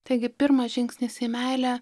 taigi pirmas žingsnis į meilę